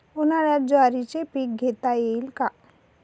उन्हाळ्यात ज्वारीचे पीक घेता येईल का?